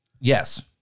Yes